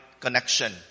Connection